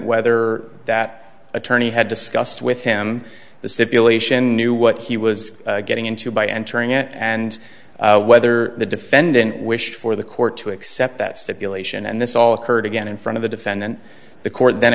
whether that attorney had discussed with him the stipulation knew what he was getting into by entering it and whether the defendant wished for the court to accept that stipulation and this all occurred again in front of the defendant the court then